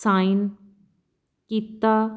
sign ਕੀਤਾ